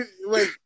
wait